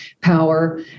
power